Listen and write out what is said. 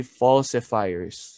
falsifiers